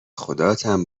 خداتم